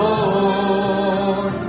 Lord